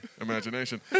imagination